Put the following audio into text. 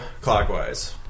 clockwise